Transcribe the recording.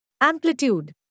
Amplitude